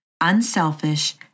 unselfish